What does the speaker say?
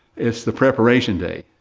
it's the preparation day.